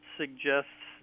suggests